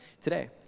today